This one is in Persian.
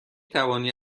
توانی